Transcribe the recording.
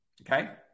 Okay